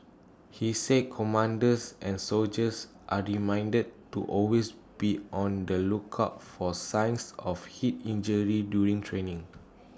he said commanders and soldiers are reminded to always be on the lookout for signs of heat injury during training